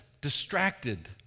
distracted